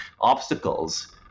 obstacles